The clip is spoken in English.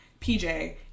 PJ